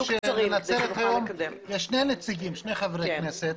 לנצרת יש היום שני נציגים בכנסת, שני חברי כנסת.